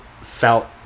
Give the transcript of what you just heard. felt